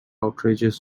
outrageous